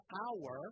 hour